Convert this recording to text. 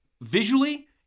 visually